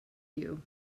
you